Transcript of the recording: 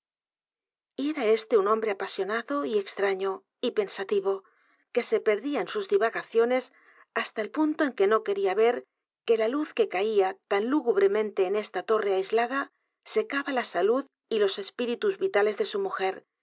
y era este un hombre apasionado y extraño y p e n sativo que se perdía en sus divagaciones hasta tal punto que no quería ver que la luz que caía tan l ú g u bremente en esta torre aislada secaba la salud y los espíritus vitales de su mujer